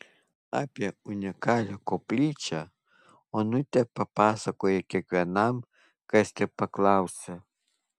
apie unikalią koplyčią onutė papasakoja kiekvienam kas tik paklausia